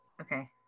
okay